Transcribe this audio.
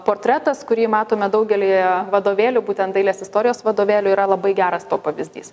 portretas kurį matome daugelyje vadovėlių būtent dailės istorijos vadovėlių yra labai geras to pavyzdys